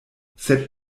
sed